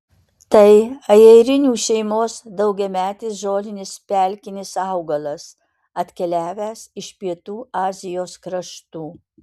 tai ajerinių šeimos daugiametis žolinis pelkinis augalas atkeliavęs iš pietų azijos kraštų